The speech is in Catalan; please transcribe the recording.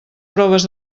proves